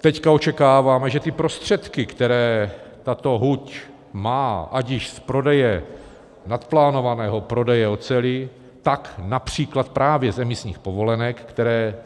Teď očekáváme, že ty prostředky, které tato huť má ať již z prodeje, nadplánovaného prodeje oceli, tak například právě z emisních povolenek, které